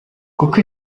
kuko